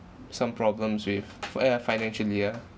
some problems with for err ya financially ah